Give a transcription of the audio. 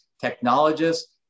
technologists